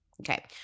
Okay